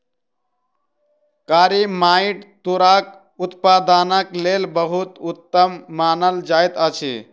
कारी माइट तूरक उत्पादनक लेल बहुत उत्तम मानल जाइत अछि